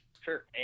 Sure